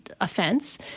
offense